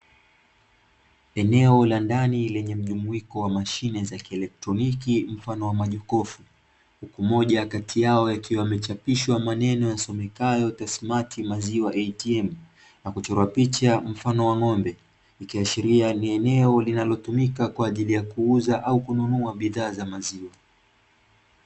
Eneo la ndani lenye mjumuiko wa mashine za kielektroniki mfano wa majokofu, huku moja kati yao yakiwa yamechapishwa maneno yasomekayo tasmati maziwa eitiemu na kuchorwa picha za mfano wa ng'ombe, ikiashiria ni eneo linalotumika kwa ajili ya kuuza au kununua bidhaa za maziwa.